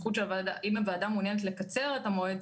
אם הוועדה מעוניינת לקצר את המועד,